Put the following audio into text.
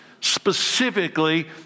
specifically